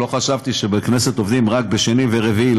לא חשבתי שבכנסת עובדים רק בשני ורביעי.